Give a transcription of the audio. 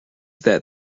that